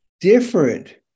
different